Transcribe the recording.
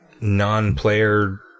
non-player